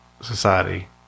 society